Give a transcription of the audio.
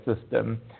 system